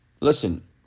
Listen